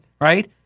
right